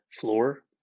floor